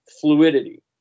fluidity